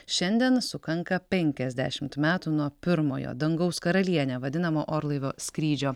šiandien sukanka penkiasdešimt metų nuo pirmojo dangaus karaliene vadinama orlaivio skrydžio